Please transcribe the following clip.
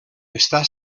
està